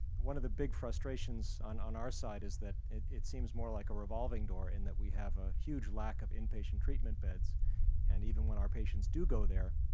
one of the big frustrations on on our side, is that it seems more like a revolving door in that we have a huge lack of inpatient treatment beds and even when our patients do go there,